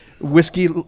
whiskey